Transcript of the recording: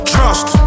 Trust